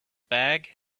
bag